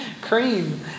cream